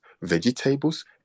vegetables